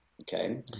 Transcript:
okay